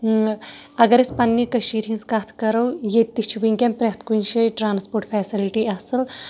اَگر أسۍ پَنٕنہِ کٔشیٖرِ ہِنٛز کَتھ کرو ییٚتہِ تہِ چھِ وٕنکیٚن پرٮ۪تھ کُنہِ شایہِ ٹرانسپوٹ فیسلٹی اَصٕل